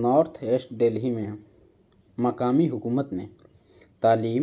north east Delhi میں مقامی حکومت نے تعلیم